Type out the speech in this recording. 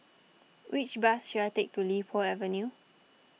which bus should I take to Li Po Avenue